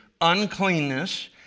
uncleanness